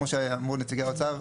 כמו שאמרו נציגי האוצר,